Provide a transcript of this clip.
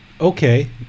Okay